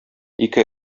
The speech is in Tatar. ике